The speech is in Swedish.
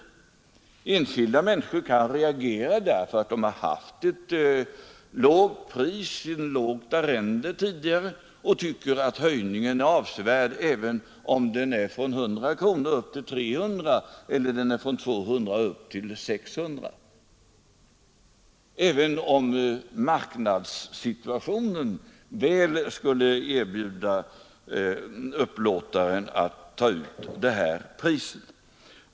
Men enskilda människor kan naturligtvis reagera därför att de har haft ett lågt arrende tidigare och nu tycker att höjningen är avsevärd, ifall priset har höjts från 100 till 300 kronor eller från 200 till 600 kronor, oavsett om marknadssituationen väl tillåter upplåtaren av tomterna att ta ut dessa priser.